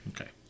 Okay